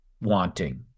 wanting